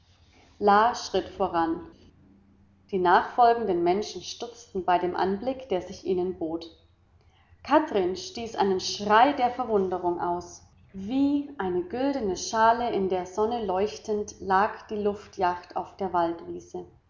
schritt voran die nachfolgenden menschen stutzten bei dem anblick der sich ihnen bot kathrin stieß einen schrei der verwunderung aus wie eine goldene schale in der sonne leuchtend lag die luftyacht auf der